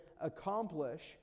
accomplish